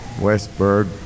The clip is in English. Westberg